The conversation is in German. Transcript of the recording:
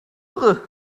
irre